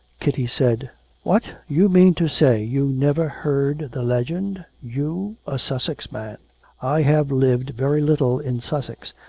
kitty said what! you mean to say you never heard the legend? you, a sussex man i have lived very little in sussex,